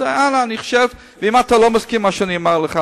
אם אתה לא מסכים עם מה שאני אומר לך,